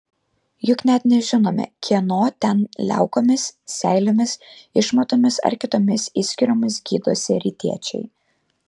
juk net nežinome kieno ten liaukomis seilėmis išmatomis ar kitomis išskyromis gydosi rytiečiai